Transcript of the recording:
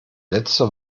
letzte